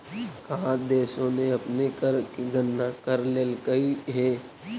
का देशों ने अपने कर की गणना कर लेलकइ हे